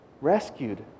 rescued